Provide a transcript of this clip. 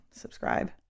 subscribe